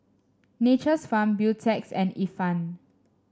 Nature's Farm Beautex and Ifan